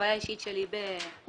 חוויה אישית שלי בכללית,